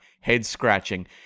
head-scratching